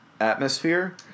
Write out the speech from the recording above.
atmosphere